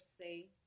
say